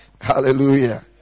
Hallelujah